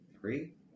Three